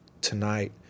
tonight